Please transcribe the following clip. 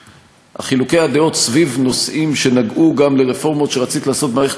שחילוקי הדעות סביב נושאים שנגעו גם לרפורמות שרצית לעשות במערכת